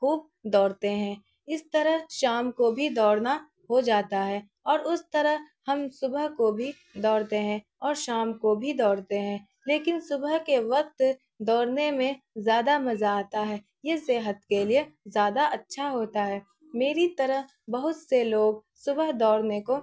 خوب دوڑتے ہیں اس طرح شام کو بھی دوڑنا ہو جاتا ہے اور اس طرح ہم صبح کو بھی دوڑتے ہیں اور شام کو بھی دوڑتے ہیں لیکن صبح کے وقت دوڑنے میں زیادہ مزہ آتا ہے یہ صحت کے لیے زیادہ اچھا ہوتا ہے میری طرح بہت سے لوگ صبح دوڑنے کو